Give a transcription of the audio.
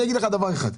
אני אגיד לך דבר אחד,